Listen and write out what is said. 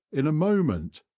in a moment,